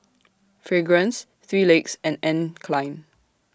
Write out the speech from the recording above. Fragrance three Legs and Anne Klein